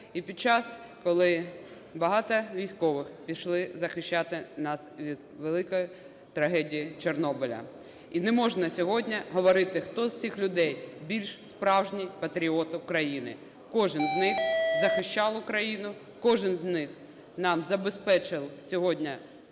і під час, коли багато військових пішли захищати нас від великої трагедії Чорнобиля. І не можна сьогодні говорити, хто з цих людей більш справжній патріот України, кожен з них захищав Україну, кожен з них нам забезпечив сьогодні